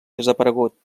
desaparegut